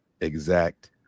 exact